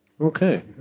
Okay